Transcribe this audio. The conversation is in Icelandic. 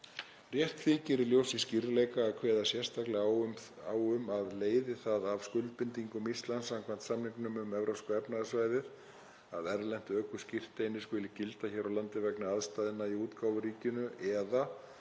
Rétt þykir í ljósi skýrleika að kveða sérstaklega á um að leiði það af skuldbindingum Íslands samkvæmt samningnum um Evrópska efnahagssvæðið að erlent ökuskírteini skuli gilda hér á landi vegna aðstæðna í útgáfuríkinu, eða